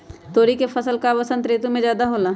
तोरी के फसल का बसंत ऋतु में ज्यादा होला?